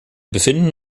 befinden